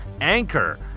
Anchor